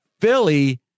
Philly